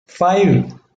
five